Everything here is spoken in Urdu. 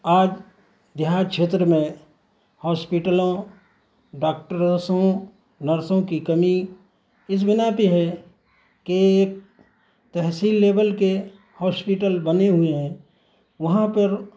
آج دیہات چھیتر میں ہاسپیٹلوں ڈاکٹروں نرسوں کی کمی اس بنا پہ ہے کہ تحصیل لیول کے ہاسپیٹل بنے ہوئے ہیں وہاں پر